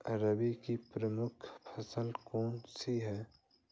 रबी की प्रमुख फसल कौन सी है?